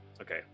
Okay